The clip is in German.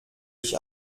ich